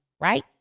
right